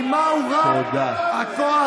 תודה רבה.